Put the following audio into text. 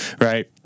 right